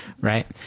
right